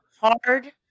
hard